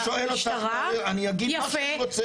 אני לא שואל אותך, אני אגיד מה שאני רוצה.